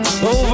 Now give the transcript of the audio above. Over